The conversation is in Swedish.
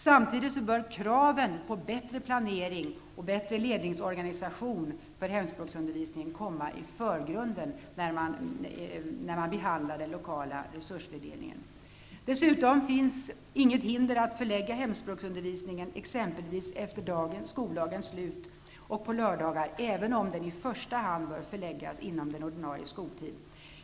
Samtidigt bör kraven på bättre planering och bättre ledningsorganisation för hemspråksundervisningen komma i förgrunden när man behandlar den lokala resursfördelningen. Dessutom finns inget hinder att förlägga hemspråksundervisningen exempelvis efter skoldagens slut och på lördagar, även om den i första hand bör förläggas inom den ordinarie skoltiden.